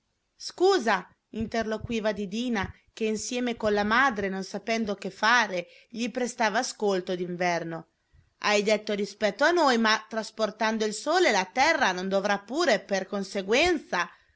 altre stelle scusa interloquiva didina che insieme con la madre non sapendo che fare gli prestava ascolto d'inverno hai detto rispetto a noi ma trasportando il sole la terra non dovrà pure per conseguenza